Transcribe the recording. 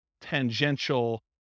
tangential